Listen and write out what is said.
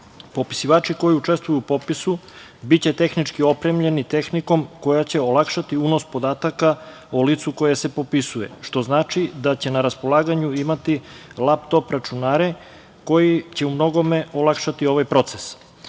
Popisivači koji učestvuju u popisu biće tehnički opremljeni tehnikom koja će olakšati unos podataka o licu koje se popisuje, što znači da će na raspolaganju imati laptop računare koji će u mnogome olakšati ovaj proces.